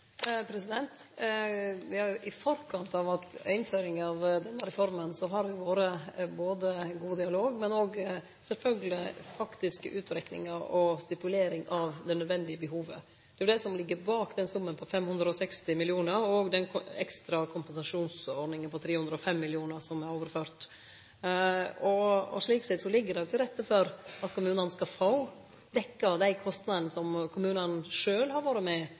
vore ein god dialog, men òg sjølvsagt faktiske utrekningar og stipulering av det nødvendige behovet. Det er det som ligg bak den summen på 560 mill. kr og den ekstra kompensasjonsordninga på 305 mill. kr som er overført. Slik sett ligg det til rette for at kommunane skal få dekt dei kostnadene som kommunane sjølve har vore med